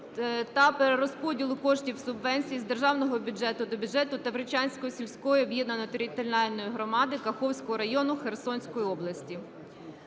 та перерозподілу коштів субвенції з державного бюджету до бюджету Тавричанської сільської об'єднаної територіальної громади Каховського району Херсонської області.